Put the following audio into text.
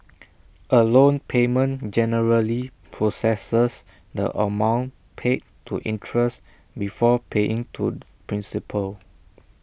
A loan payment generally processes the amount paid to interest before paying to principal